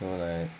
so like